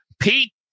Pete